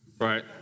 right